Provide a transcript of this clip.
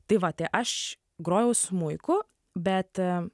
tai vat tai aš grojau smuiku bet